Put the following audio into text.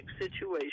situation